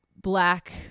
black